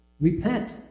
Repent